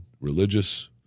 religious